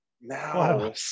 Now